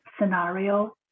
scenario